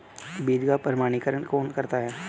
बीज का प्रमाणीकरण कौन करता है?